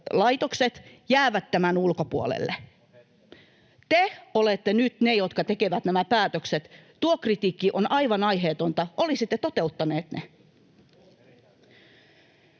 laitokset jäävät tämän ulkopuolelle. [Juho Eerola: Hetken aikaa!] Te olette nyt ne, jotka tekevät nämä päätökset. Tuo kritiikki on aivan aiheetonta, olisitte toteuttaneet ne.